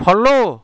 follow